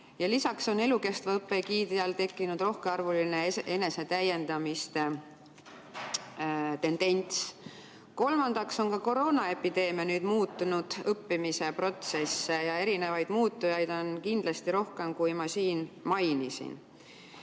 Lisaks on elukestva õppe egiidi all tekkinud rohkearvuliste e enesetäiendamiste tendents. Kolmandaks on ka koroonaepideemia muutnud õppimise protsesse. Ja erinevaid muutujaid on kindlasti rohkem, kui ma siin mainisin.